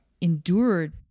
endured